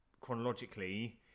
chronologically